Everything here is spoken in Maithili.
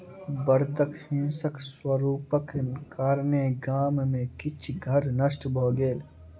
बड़दक हिंसक स्वरूपक कारणेँ गाम में किछ घर नष्ट भ गेल